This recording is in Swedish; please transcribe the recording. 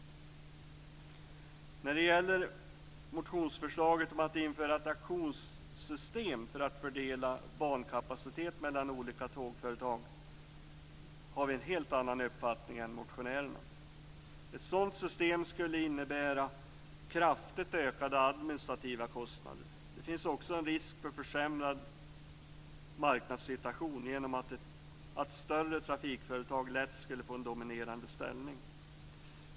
När det gäller motionsförslaget om att införa ett auktionssystem för att fördela bankapacitet mellan olika tågföretag har vi en helt annan uppfattning än motionärerna. Ett sådant system skulle innebära kraftigt ökade administrativa kostnader. Det finns också en risk för försämrad marknadssituation genom att större trafikföretag lätt skulle få en dominerande ställning.